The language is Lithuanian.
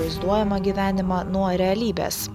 vaizduojamą gyvenimą nuo realybės